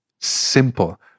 Simple